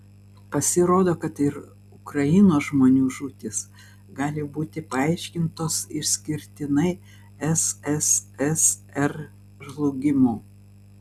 pasirodo kad ir ukrainos žmonių žūtys gali būti paaiškintos išskirtinai sssr žlugimu